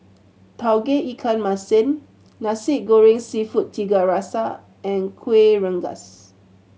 Tauge Ikan Masin Nasi Goreng Seafood Tiga Rasa and Kueh Rengas